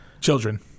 Children